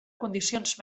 condicions